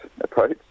approach